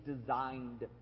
designed